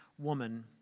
Woman